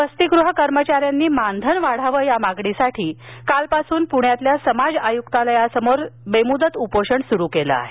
वसतीगृह कर्मचाऱ्यांनी मानधन वाढावे या मागणीसाठी कालपासून पृण्यातील समाज आय़्क्तालयासमोर बेमुदत उपोषण सुरु केलं आहे